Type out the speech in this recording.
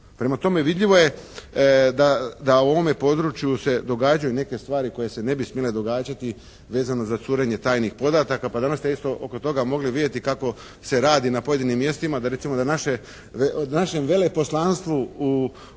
Prema tome vidljivo je da u ovome području se događaju neke stvari koje se ne bi smjele događati vezano za curenje tajnih podataka. Pa danas ste isto oko toga mogli vidjeti kako se radi na pojedinim mjestima da recimo da našem veleposlanstvu u